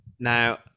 Now